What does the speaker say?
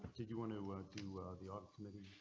did you want to do the ah